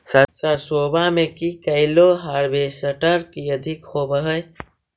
सरसोबा मे की कैलो हारबेसटर की अधिक होब है?